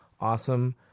Awesome